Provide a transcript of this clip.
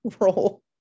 role